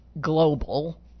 global